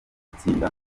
gutsinda